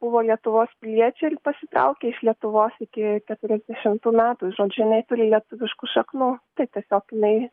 buvo lietuvos piliečiai ir pasitraukė iš lietuvos iki keturiadešimtų metų žodžiu jinai turi lietuviškų šaknų tai tiesiog jinai